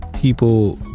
people